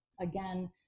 again